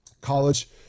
college